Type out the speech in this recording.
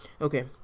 Okay